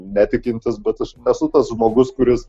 netikintis bet aš nesu tas žmogus kuris